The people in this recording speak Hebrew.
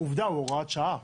עובדה הוא הוראת שעה,